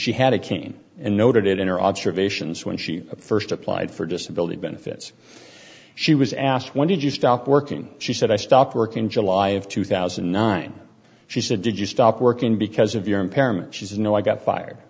she had a cane and noted it in or observations when she st applied for disability benefits she was asked when did you stop working she said i stopped work in july of two thousand and nine she said did you stop working because of your impairment she says no i got fired